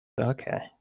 Okay